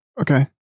Okay